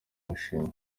mushinga